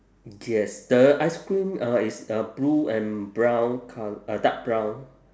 yes the ice cream uh is uh blue and brown col~ uh dark brown